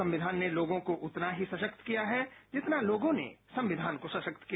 संविधान ने लोगों को उतना ही सशक्त किया है जितना लोगों ने संविधान को सशक्त किया